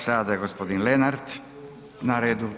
Sada je gospodin Lenart na redu.